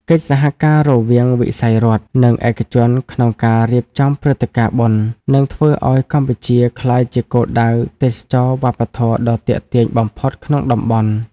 កិច្ចសហការរវាងវិស័យរដ្ឋ និងឯកជនក្នុងការរៀបចំព្រឹត្តិការណ៍បុណ្យ នឹងធ្វើឱ្យកម្ពុជាក្លាយជាគោលដៅទេសចរណ៍វប្បធម៌ដ៏ទាក់ទាញបំផុតក្នុងតំបន់។